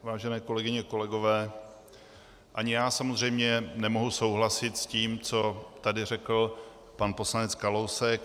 Vážené kolegyně, kolegové, ani já samozřejmě nemohu souhlasit s tím, co tady řekl pan poslanec Kalousek.